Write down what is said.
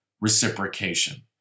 reciprocation